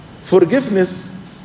Forgiveness